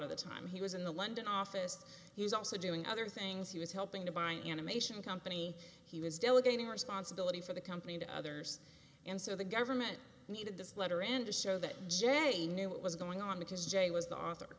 the time he was in the london office he was also doing other things he was helping to buy an animation company he was delegating responsibility for the company to others and so the government needed this letter and to show that je knew what was going on because jay was the author